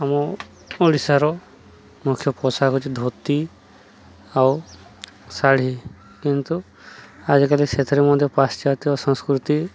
ଆମ ଓଡ଼ିଶାର ମୁଖ୍ୟ ପୋଷାକ ହେଉଛି ଧୋତି ଆଉ ଶାଢ଼ୀ କିନ୍ତୁ ଆଜିକାଲି ସେଥିରେ ମଧ୍ୟ ପାଶ୍ଚାତ୍ୟ ସଂସ୍କୃତି